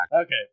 Okay